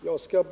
Herr talman!